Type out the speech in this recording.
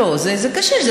לא, זה קשיש.